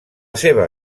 seva